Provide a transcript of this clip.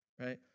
Right